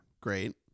great